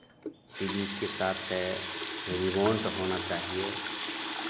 T V के साथ है रिमोट होना चाहिए